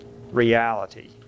reality